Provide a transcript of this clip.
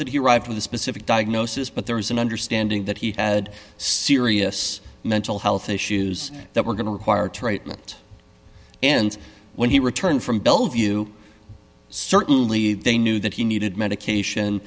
that he arrived with a specific diagnosis but there was an understanding that he had serious mental health issues that were going to require to write it and when he returned from bellevue certainly they knew that he needed medication